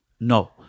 No